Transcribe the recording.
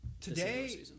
Today